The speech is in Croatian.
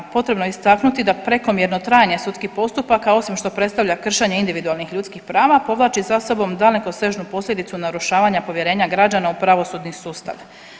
Potrebno je istaknuti da prekomjerno trajanja sudskih postupaka, osim što predstavlja kršenje individualnih ljudskih prava, povlači sa sobom dalekosežnu posljedicu narušavanja povjerenja građana u pravosudni sustav.